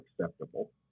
acceptable